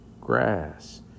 grass